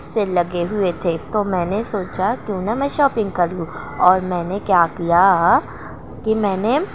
cell لگے ہوئے تھے تو میں نے سوچا کیوں نہ میں شاپنگ کر لوں اور میں نے کیا کیا کہ میں نے